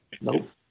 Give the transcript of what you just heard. Nope